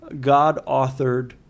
God-authored